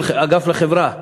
האגף לחברה,